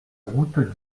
route